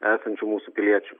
esančių mūsų piliečių